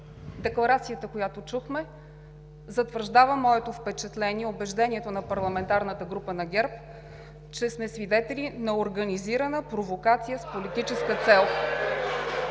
Декларацията, която чухме, затвърждава моето впечатление и убеждението на парламентарната група на ГЕРБ, че сме свидетели на организирана провокация с политическа цел,